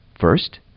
First